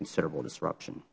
considerable disruption